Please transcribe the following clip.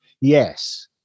Yes